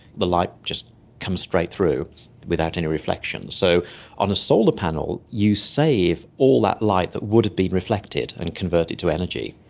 the light just comes straight through without any reflection. so on a solar panel you save all that light that would have been reflected and converted to energy.